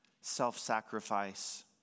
self-sacrifice